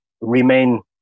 remain